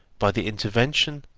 by the intervention,